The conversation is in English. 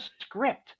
script